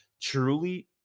truly